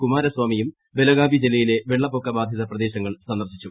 കുമാരസ്വാമിയും ബലഗാവി ജില്ലയിലെ വെള്ളപ്പൊക്ക ബാധിത പ്രദേശങ്ങൾ സന്ദർശിച്ചു